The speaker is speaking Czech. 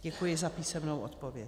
Děkuji za písemnou odpověď.